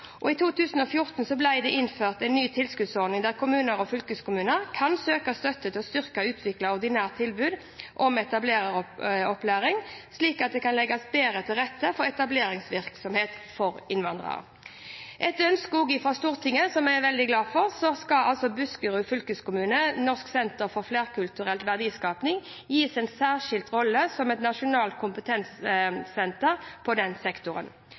I 2014 ble det innført en ny tilskuddsordning hvor kommuner og fylkeskommuner kan søke støtte til å styrke og utvikle det ordinære tilbudet om etablereropplæring, slik at det kan legges bedre til rette for etablerervirksomhet for innvandrere. Etter ønske fra Stortinget, som jeg er veldig glad for, skal Buskerud fylkeskommunes Norsk senter for flerkulturell verdiskaping gis en særskilt rolle som et nasjonalt kompetansesenter i denne sektoren.